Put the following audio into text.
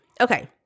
Okay